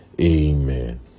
amen